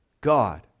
God